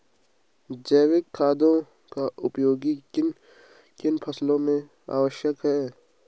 जैविक खादों का उपयोग किन किन फसलों में आवश्यक है?